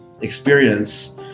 experience